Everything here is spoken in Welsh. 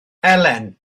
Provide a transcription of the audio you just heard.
elen